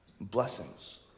blessings